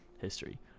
history